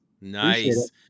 nice